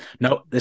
no